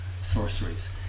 sorceries